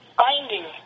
finding